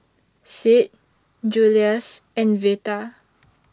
Sid Julious and Veta